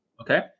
Okay